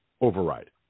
override